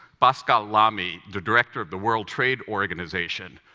pascal lamy, the director of the world trade organization,